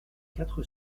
quatre